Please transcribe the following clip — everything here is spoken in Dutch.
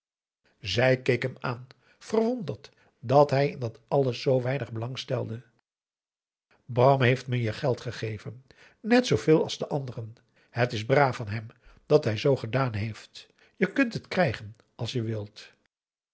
zij keek hem aan verwonderd dat hij in dat alles zoo weinig belang stelde bram heeft me je geld gegeven net zooveel als de anderen het is braaf van hem dat hij z gedaan heeft je kunt het krijgen als je wilt